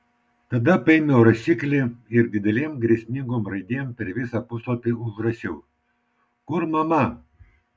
tada paėmiau rašiklį ir didelėm grėsmingom raidėm per visą puslapį užrašiau kur mama